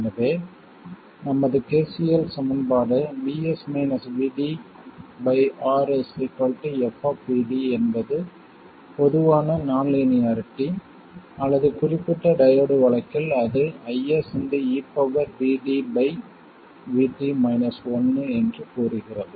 எனவே நமது KCL சமன்பாடு R f என்பது பொதுவான நான் லீனியரிட்டி அல்லது குறிப்பிட்ட டையோடு வழக்கில் அது IS என்று கூறுகிறது